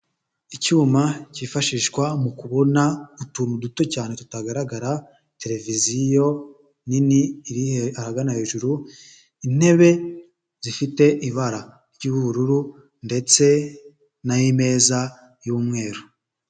Icyuma cyifashishwa mu kubona utuntu duto cyane tutagaragara, televiziyo nini iri ahagana hejuru, intebe zifite ibara ry'ubururu ndetse n'imeza y'umweru.